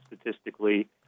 statistically